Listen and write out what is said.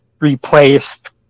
replaced